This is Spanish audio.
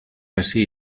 así